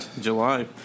july